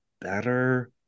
better